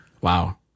Wow